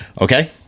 Okay